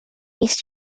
these